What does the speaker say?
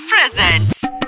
Presents